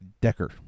Decker